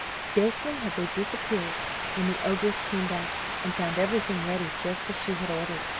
scarcely had they disappeared when the ogress came back, and found everything ready just as she had ordered.